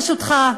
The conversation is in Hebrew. ברשותך.